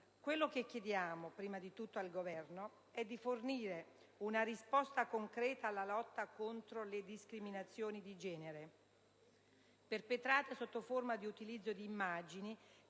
Quello che innanzitutto chiediamo al Governo è di fornire una risposta concreta alla lotta contro le discriminazioni di genere perpetrate sotto forma di utilizzo di immagini